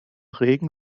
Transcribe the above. regen